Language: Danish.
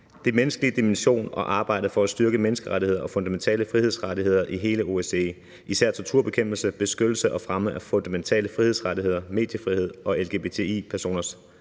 og den menneskelige dimension og arbejdet for at styrke menneskerettigheder og fundamentale frihedsrettigheder i hele OSCE, især torturbekæmpelse, beskyttelse og fremme af fundamentale frihedsrettigheder, mediefrihed og lgbti-personers